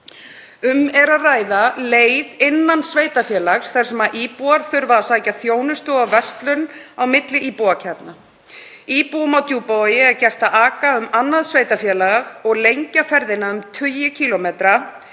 Um er að ræða leið innan sveitarfélags þar sem íbúar þurfa að sækja þjónustu og verslun á milli íbúðakjarna. Íbúum á Djúpavogi er gert að aka um annað sveitarfélag og lengja ferðina um tugi